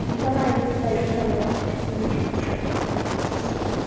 नोंसा लायदों नालाय